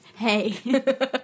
hey